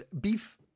beef